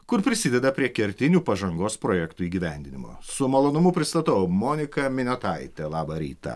kur prisideda prie kertinių pažangos projektų įgyvendinimo su malonumu pristatau monika miniotaitė labą rytą